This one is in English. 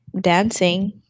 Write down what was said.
Dancing